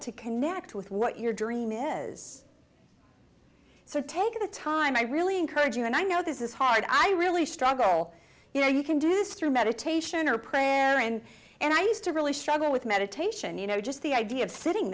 to connect with what your dream is so take the time i really encourage you and i know this is hard i really struggle you know you can do this through meditation or prayer and i used to really struggle with meditation you know just the idea of sitting